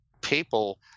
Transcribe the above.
people